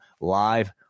live